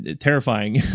terrifying